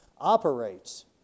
operates